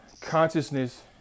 consciousness